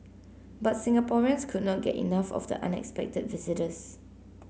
but Singaporeans could not get enough of the unexpected visitors